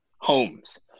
homes